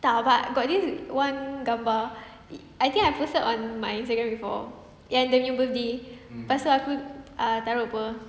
entah but got this one gambar I think I posted on my Instagram before yang dan nya birthday lepastu aku ah taruk [pe]